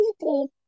people